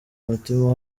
umutima